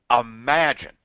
Imagine